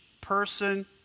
person